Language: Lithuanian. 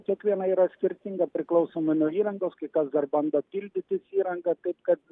kiekviena yra skirtinga priklausomai nuo įrangos kai kas dar bando pildytis įrangą taip kad